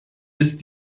ist